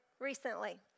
recently